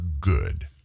good